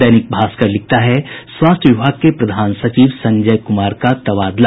दैनिक भास्कर लिखता है स्वास्थ्य विभाग के प्रधान सचिव संजय कुमार का तबादला